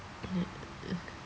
uh uh